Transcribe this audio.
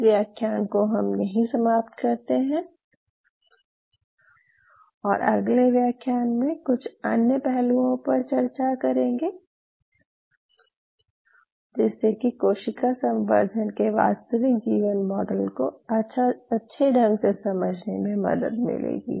इस व्याख्यान को हम यहीं समाप्त करते हैं और अगले व्याख्यान में कुछ अन्य पहलुओं पर चर्चा करेंगे जिससे कि कोशिका संवर्धन के वास्तविक जीवन मॉडल को अच्छे ढंग से समझने में मदद मिलेगी